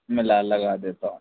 ملا لگا دیتا ہوں